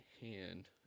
hand